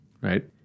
right